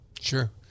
sure